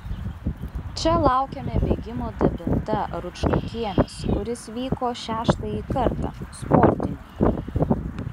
čia laukėme bėgimo dabinta rūčkakiemis kuris vyko šeštąjį kartą sportininkų